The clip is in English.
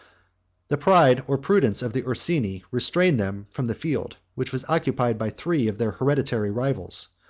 the pride or prudence of the ursini restrained them from the field, which was occupied by three of their hereditary rivals,